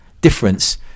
difference